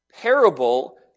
parable